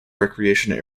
recreation